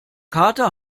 kater